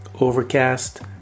Overcast